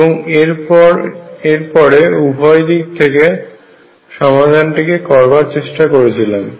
এবং এর পরে উভয় দিক থেকে সমাধানটিকে করবার চেষ্টা করেছিলাম